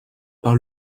par